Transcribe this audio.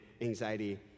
anxiety